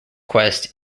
quest